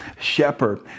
shepherd